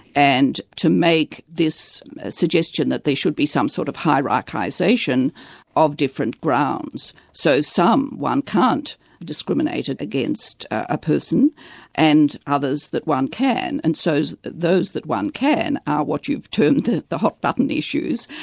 and to make this suggestion that there should be some sort of hierarchisation of different grounds. so some, one can't discriminate against a person and others that one can, and so those that one can are what you've termed the the hot button issues,